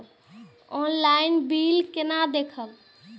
Online bill केना देखब?